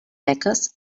beques